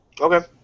Okay